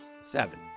Seven